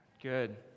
Good